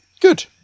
good